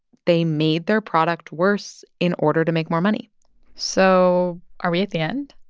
they made their product worse in order to make more money so are we at the end?